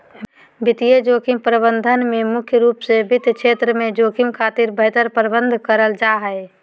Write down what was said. वित्तीय जोखिम प्रबंधन में मुख्य रूप से वित्त क्षेत्र में जोखिम खातिर बेहतर प्रबंध करल जा हय